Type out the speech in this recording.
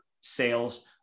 sales